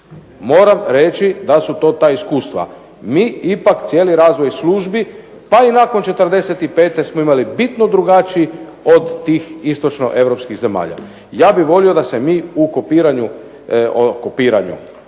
Moram reći da su to ta iskustva. Mi ipak cijeli razvoj službi pa i nakon '45. smo imali bitno drugačiji od tih istočnoeuropskih zemalja. Ja bih volio da se mi u kopiranju,